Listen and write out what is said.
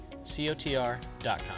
cotr.com